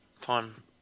Time